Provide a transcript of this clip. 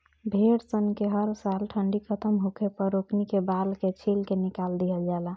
भेड़ सन के हर साल ठंडी खतम होखे पर ओकनी के बाल के छील के निकाल दिहल जाला